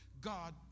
God